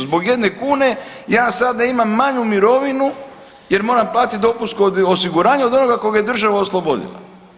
Zbog jedne kune ja sada imam manju mirovinu jer moram platiti dopunsko osiguranje od onoga kog je država oslobodila.